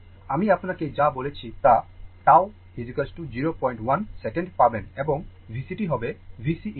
আমি আপনাকে যা বলেছি তা tau 01 সেকেন্ড পাবেন এবং VCt হবে VC ∞